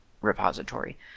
repository